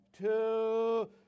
two